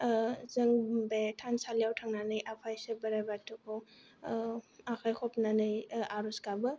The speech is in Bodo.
जों बे थानसालियाव थांनानै आफा इसोर बोराय बाथौखौ आखाय खबनानै आर'ज गाबो